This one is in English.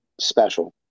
special